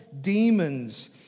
demons